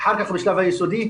אחר כך בשלב היסודי,